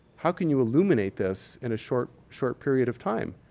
how can you illuminate this in a short short period of time?